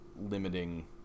limiting